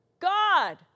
God